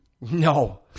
No